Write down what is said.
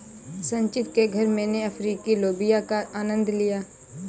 संचित के घर मैने अफ्रीकी लोबिया का आनंद लिया